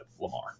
Lamar